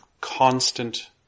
constant